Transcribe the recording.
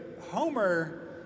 Homer